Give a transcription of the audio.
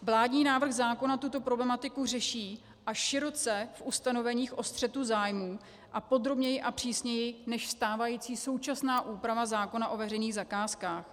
Vládní návrh zákona tuto problematiku řeší, a široce, v ustanoveních o střetu zájmů, a podrobněji a přísněji než stávající současná úprava zákona o veřejných zakázkách.